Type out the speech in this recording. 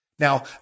Now